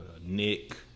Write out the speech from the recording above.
Nick